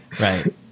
Right